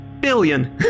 billion